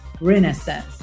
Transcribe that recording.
Renaissance